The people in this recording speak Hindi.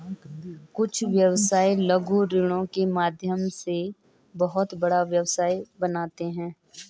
कुछ व्यवसायी लघु ऋण के माध्यम से बहुत बड़ा व्यवसाय बनाते हैं